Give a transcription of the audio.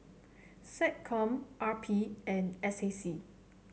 SecCom R P and S A C